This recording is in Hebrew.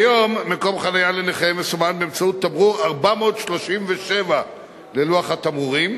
כיום מקום חנייה לנכה מסומן באמצעות תמרור 437 ללוח התמרורים,